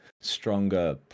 stronger